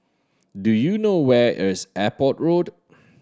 do you know where is Airport Road